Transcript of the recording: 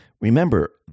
Remember